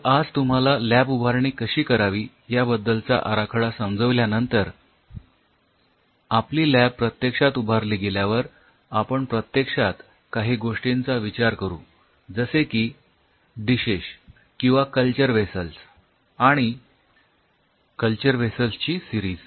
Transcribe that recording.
तर आज तुम्हाला लॅब उभारणी कशी करावी याबद्दलचा आराखडा समजाविल्यानंतर आपली लॅब प्रत्यक्षात उभारली गेल्यावर आपण प्रत्यक्षात काही गोष्टीचा विचार करू जसे की डिशेश किंवा कल्चर व्हेसल्स आणि कल्चर वेसल्स ची सिरीज